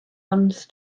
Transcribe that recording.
runs